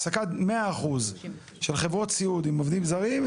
או העסקה מאה אחוז של חברות סיעוד עם עובדים זרים,